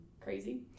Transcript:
crazy